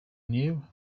new